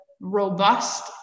robust